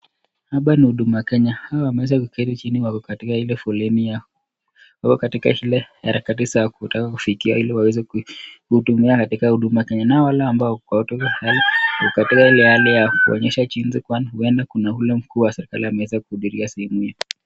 Hapa ni huduma Kenya. Hawa wameweza kuketi chini wako katika ile foleni, wako katika ile harakati ya kutaka kufikiwa ili waweze kuhudumiwa katika huduma Kenya, nao wale ambao wako katika ile hali ya kuonyesha jinsi ndani kuna ule mkuu wa serikali ameweza kuhudhuria sehemu hii.